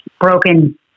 broken